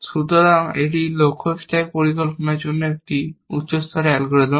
সুতরাং এটি লক্ষ্য স্ট্যাক পরিকল্পনার জন্য একটি উচ্চ স্তরের অ্যালগরিদম